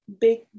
big